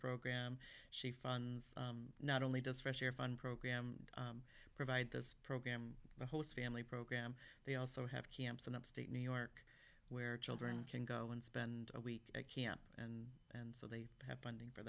program she funds not only does fresh air fund program provide this program the host family program they also have camps in upstate new york where children can go and spend a week at camp and and so they have funding for